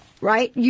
Right